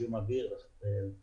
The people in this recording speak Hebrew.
זיהום אוויר וכולי.